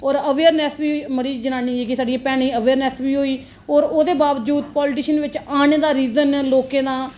और अवेयरनेस बी साढ़ी जनानियें गी साढ़ियें भैनें गी अवेयरनेस बी होई और ओहदे बाबजूद पाॅलीटिशन आने दा रीजन लोकें दा